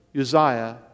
Uzziah